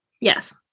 Yes